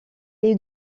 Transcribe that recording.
est